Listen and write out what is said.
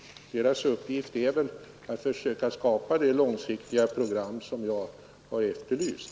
Deras uppgift är väl att försöka skapa det långsiktiga program jag har efterlyst.